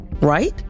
right